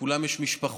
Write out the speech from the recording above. לכולם יש משפחות.